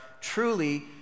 truly